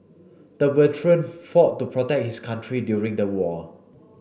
the veteran fought to protect his country during the war